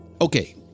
Okay